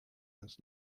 das